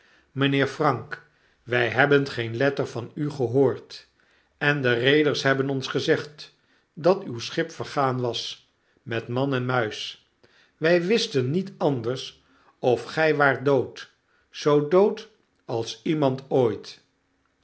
mynbeer frank wy hebben geen letter van u gehoord en de reeders hebben ons gezegd dat uw schip vergaan was met man en muis wy wisten niet anders of gy waart dood zoo dood als iemand ooit